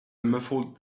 muffled